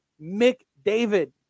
McDavid